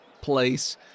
place